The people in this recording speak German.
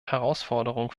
herausforderung